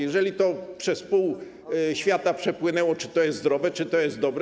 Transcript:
Jeżeli to przez pół świata przepłynęło, to czy to jest zdrowe, czy to jest dobre?